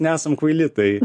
nesam kvaili tai